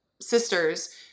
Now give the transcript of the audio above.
sisters